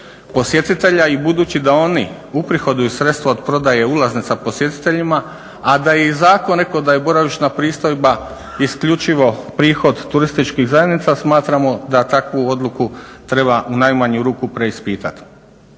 posjetitelja i budući da oni uprihoduju sredstva od prodaje ulaznica posjetiteljima a da je i zakon rekao da je boravišna pristojba isključivo prihod turističkih zajednica smatramo da takvu odluku treba u najmanju ruku preispitati.